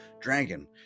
dragon